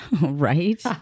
Right